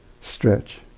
stretch